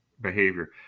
behavior